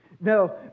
No